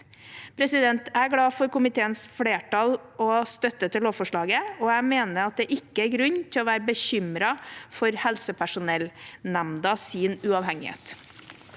uavhengighet Jeg er glad for at komiteens flertall støtter lovforslaget, og jeg mener at det ikke er grunn til å være bekymret for helsepersonellnemndas uavhengighet.